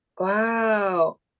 wow